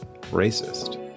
racist